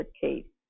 Kate